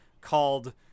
called